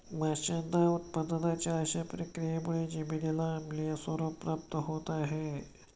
माशांच्या उत्पादनाच्या अशा प्रक्रियांमुळे जमिनीला आम्लीय स्वरूप प्राप्त होत आहे